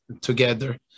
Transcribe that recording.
together